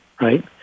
right